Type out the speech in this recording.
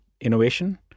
innovation